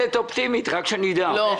רק שאני אדע, את נולדת אופטימית?